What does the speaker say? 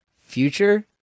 Future